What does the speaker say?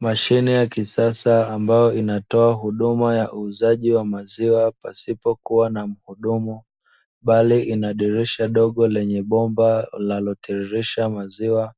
Mashine ya kisasa ambayo inatoa huduma ya uuzaji wa maziwa pasipo kuwa na mhudumu, bali ina dirisha dogo lenye bomba linalotiririsha maziwa,